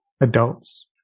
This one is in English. adults